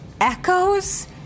echoes